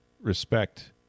respect